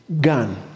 gun